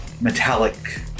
metallic